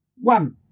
One